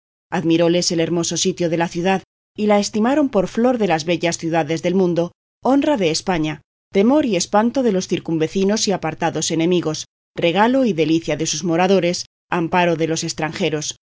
pusiese admiróles el hermoso sitio de la ciudad y la estimaron por flor de las bellas ciudades del mundo honra de españa temor y espanto de los circunvecinos y apartados enemigos regalo y delicia de sus moradores amparo de los estranjeros